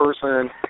person